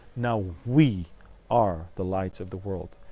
now we are the lights of the world.